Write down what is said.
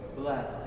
bless